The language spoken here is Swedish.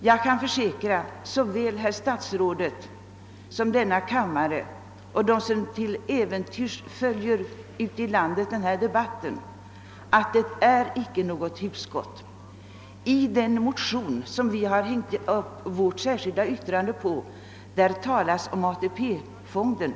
Jag kan försäkra statsrådet, denna kammares ledamöter liksom också dem som ute i landet till äventyrs följer den här debatten, att det inte är något hugskott. I den motion som vi hängt upp vårt särskilda yttrande på talas om ATP-fonden.